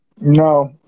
No